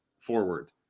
forward